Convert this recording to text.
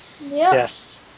Yes